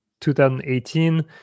2018